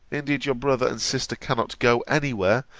indeed, your brother and sister cannot go any where,